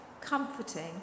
comforting